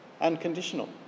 unconditional